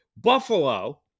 Buffalo